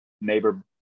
neighbor